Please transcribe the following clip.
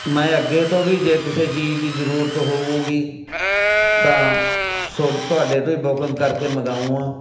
ਮੈਂ ਅੱਗੇ ਤੋਂ ਵੀ ਜੇ ਕਿਸੇ ਚੀਜ਼ ਦੀ ਜ਼ਰੂਰਤ ਹੋਊਗੀ ਤਾਂ ਸੋ ਤੁਹਾਡੇ ਤੋਂ ਹੀ ਬੁਕਿੰਗ ਕਰਕੇ ਮੰਗਵਾਊਂਗਾ